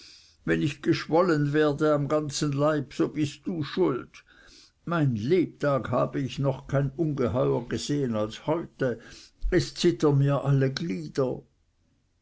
wenn ich geschwollen werde am ganzen leibe so bist du schuld mein lebtag hab ich noch kein ungeheuer gesehen als heute es zittern mir alle glieder